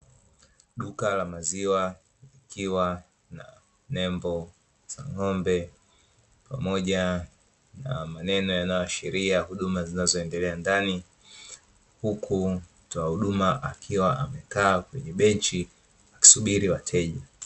Duka la maziwa likiwa na nembo za ng'ombe pamoja na maneno yanayoashiria huduma zinazoendelea ndani, huku mtoa huduma akiwa amekaa kwenye benchi akisubiri wateja.